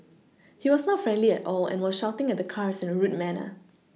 he was not friendly at all and was shouting at the cars in a rude manner